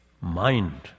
mind